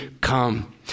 come